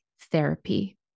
therapy